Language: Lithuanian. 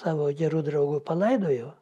savo gerų draugų palaidojo